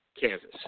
Kansas